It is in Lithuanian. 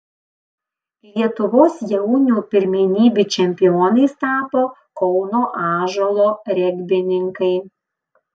lietuvos jaunių pirmenybių čempionais tapo kauno ąžuolo regbininkai